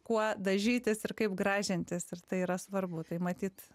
kuo dažytis ir kaip gražintis ir tai yra svarbu tai matyt